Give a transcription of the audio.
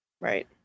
Right